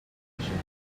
sessions